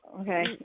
okay